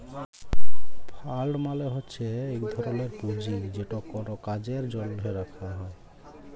fund মালে হছে ইক ধরলের পুঁজি যেট কল কাজের জ্যনহে রাখা হ্যয়